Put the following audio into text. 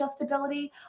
adjustability